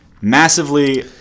massively